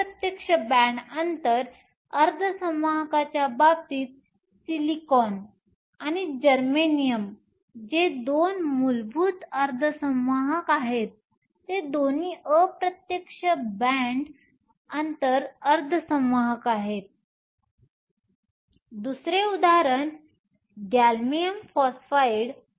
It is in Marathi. अप्रत्यक्ष बॅण्ड अंतर अर्धसंवाहकाच्या बाबतीत सिलिकॉन आणि जर्मेनियम जे दोन मूलभूत अर्धसंवाहक आहेत ते दोन्ही अप्रत्यक्ष बॅण्ड अंतर अर्धसंवाहक आहेत दुसरे उदाहरण गॅलियम फॉस्फाइड